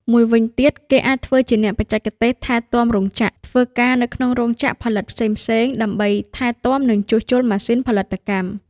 មួយវិញទៀត គេអាចធ្វើជាអ្នកបច្ចេកទេសថែទាំរោងចក្រ ធ្វើការនៅក្នុងរោងចក្រផលិតផ្សេងៗ ដើម្បីថែទាំ និងជួសជុលម៉ាស៊ីនផលិតកម្ម។